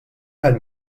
tal